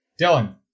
Dylan